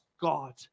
God